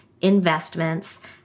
investments